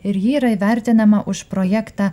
ir ji yra įvertinama už projektą